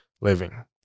living